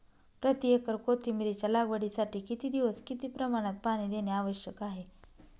प्रति एकर कोथिंबिरीच्या लागवडीसाठी किती दिवस किती प्रमाणात पाणी देणे आवश्यक आहे?